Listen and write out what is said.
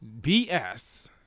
BS